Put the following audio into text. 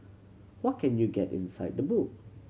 what can you get inside the book